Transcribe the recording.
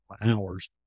hours